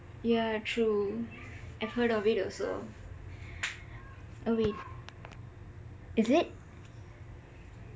yah true I heard of it alos oh wait is it